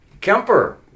Kemper